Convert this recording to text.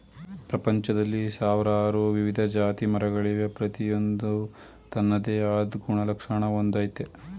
ಪ್ರಪಂಚ್ದಲ್ಲಿ ಸಾವ್ರಾರು ವಿವಿಧ ಜಾತಿಮರಗಳವೆ ಪ್ರತಿಯೊಂದೂ ತನ್ನದೇ ಆದ್ ಗುಣಲಕ್ಷಣ ಹೊಂದಯ್ತೆ